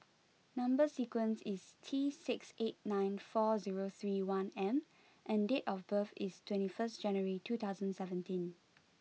number sequence is T six eight nine four zero three one M and date of birth is twenty first January two thousand seventeen